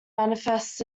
manifests